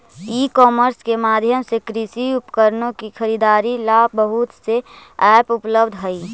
ई commerce के माध्यम से कृषि उपकरणों की खरीदारी ला बहुत से ऐप उपलब्ध हई